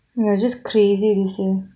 it was just crazy this year